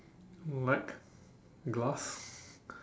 like glass